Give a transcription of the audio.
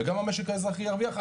וגם המשק האזרחי ירוויח,